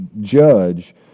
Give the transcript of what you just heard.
judge